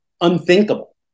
unthinkable